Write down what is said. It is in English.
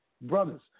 Brothers